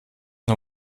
nur